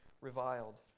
reviled